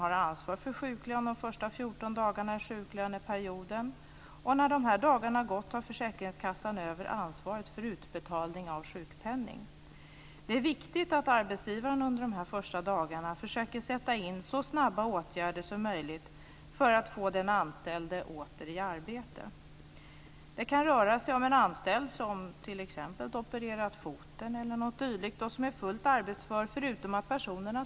Redan i dag bedrivs det forskning inom försäkringsmedicin.